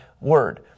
word